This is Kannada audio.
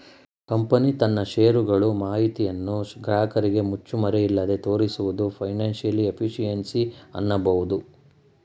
ಕಂಪನಿ ತನ್ನ ಶೇರ್ ಗಳು ಮಾಹಿತಿಯನ್ನು ಗ್ರಾಹಕರಿಗೆ ಮುಚ್ಚುಮರೆಯಿಲ್ಲದೆ ತೋರಿಸುವುದನ್ನು ಫೈನಾನ್ಸಿಯಲ್ ಎಫಿಷಿಯನ್ಸಿ ಅನ್ನಬಹುದು